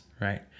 right